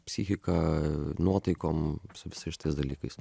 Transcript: psichika nuotaikom su visais šitais dalykais